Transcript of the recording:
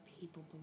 people